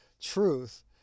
truth